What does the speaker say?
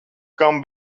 kam